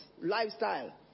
lifestyle